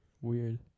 weird